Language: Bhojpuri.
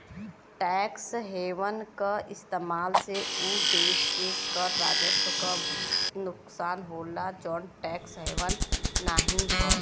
टैक्स हेवन क इस्तेमाल से उ देश के कर राजस्व क नुकसान होला जौन टैक्स हेवन नाहीं हौ